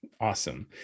Awesome